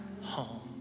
home